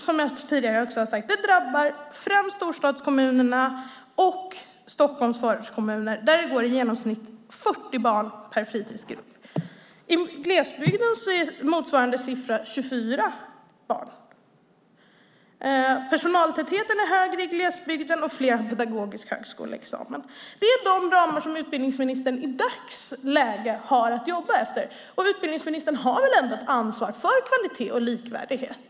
Som jag tidigare sagt drabbar det här främst storstadskommunerna och Stockholms förortskommuner, där det går i genomsnitt 40 barn per fritisgrupp. I glesbygden är motsvarande siffra 24 barn. Personaltätheten är högre i glesbygden och fler har pedagogisk högskoleexamen. Det är de ramar som utbildningsministern i dagsläget har att jobba med. Och utbildningsministern har väl ändå ett ansvar för kvalitet och likvärdighet?